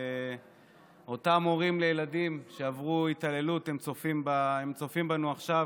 אותם הורים לילדים שעברו התעללות צופים בנו עכשיו,